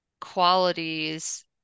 qualities